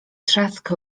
trzask